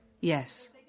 Yes